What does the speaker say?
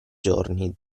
giorni